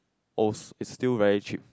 it's still very cheap